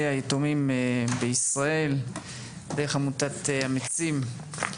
היתומים בישראל דרך עמותת "אמיצים".